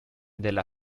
della